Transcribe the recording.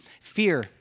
fear